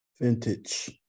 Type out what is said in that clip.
vintage